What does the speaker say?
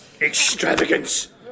Extravagance